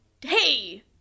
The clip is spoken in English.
Hey